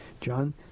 John